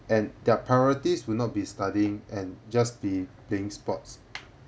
and their priorities will not be studying and just be playing sports